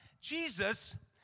Jesus